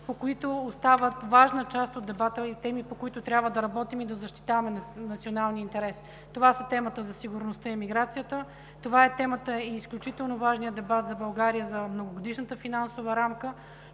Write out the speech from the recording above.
които остават важна част от дебата, и теми, по които трябва да работим и да защитаваме националния интерес. Това са: темата за сигурността и миграцията, темата и изключително важният дебат за България за многогодишната финансова рамка